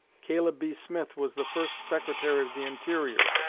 caleb b. smith was the first secretary of the interior,